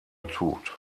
tut